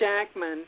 Jackman